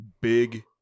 big